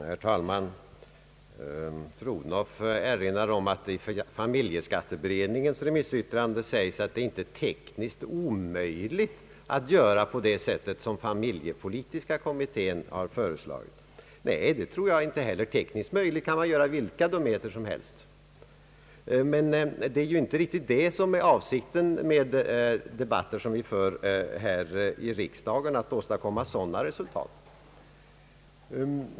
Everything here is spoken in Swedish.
Herr talman! Fru Odhnoff erinrar om att det i familjeskatteberedningens remissyttrande sägs att det inte är tekniskt omöjligt att göra på det sätt som familjepolitiska kommittén har föreslagit. Nej, det tror jag inte heller. Det är tekniskt möjligt att göra vilka dumheter som helst, men avsikten med debatter som vi för här i riksdagen är inte riktigt att åstadkomma sådana resultat.